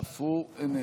אף הוא איננו.